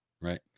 Right